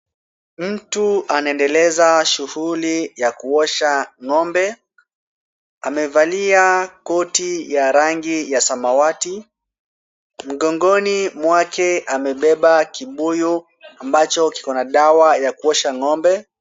Mtu anaendeleza shughuli ya kuosha ng'ombe. Amevalia koti ya rangi ya samawati. Mgongoni mwake amebeba kibuyu ambacho kiko na dawa ya kuosha ng'ombe.